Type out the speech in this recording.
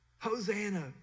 Hosanna